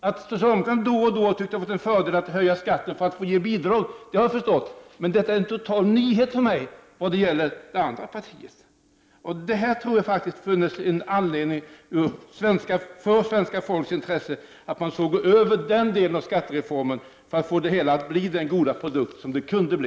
Att socialdemokraterna då och då har ansett det vara en fördel att höja skatterna för att få ge bidrag, det har jag förstått, men det är en total nyhet för mig att detta också gäller det andra partiet. Jag tror att det ligger i det svenska folkets intresse att man ser över den delen av skattereformen för att få det hela att bli den goda produkt som det kan bli.